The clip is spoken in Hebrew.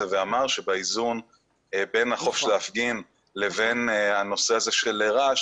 ואמר שבאיזון בין החופש להפגין לבין הנושא של הרעש